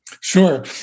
Sure